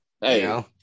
Hey